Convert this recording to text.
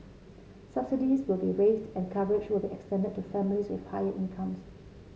subsidies will be raised and coverage will be extended to families with higher incomes